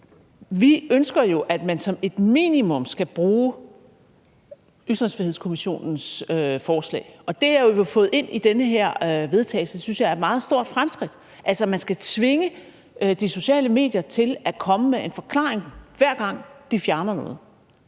Vi ønsker, at man som et minimum skal bruge Ytringsfrihedskommissionens forslag, og det har vi jo fået ind i det her forslag til vedtagelse, og det synes jeg er et meget stort fremskridt, altså at man skal tvinge de sociale medier til at komme med en forklaring, hver gang de fjerner noget.